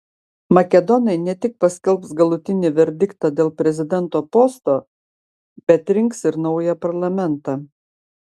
makedonai ne tik paskelbs galutinį verdiktą dėl prezidento posto bet rinks ir naują parlamentą